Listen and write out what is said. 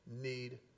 need